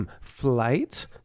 flight